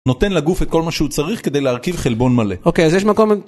נותן לגוף את כל מה שהוא צריך כדי להרכיב חלבון מלא. אוקיי, אז יש מקום...